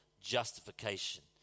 justification